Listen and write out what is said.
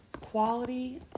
quality